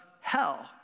hell